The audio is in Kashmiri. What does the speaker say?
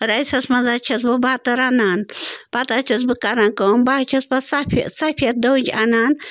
رایسَس منٛز حظ چھَس بہٕ بَتہٕ رَنان پتہٕ حظ چھَس بہٕ کَران کٲم بہٕ حظ چھَس پتہٕ سفید سفید دٔج اَنان